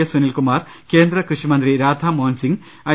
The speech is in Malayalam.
എസ് സുനിൽകുമാർ കേന്ദ്രകൃഷി മന്ത്രി രാധാമോഹൻ സിംഗ് ഐ